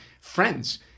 friends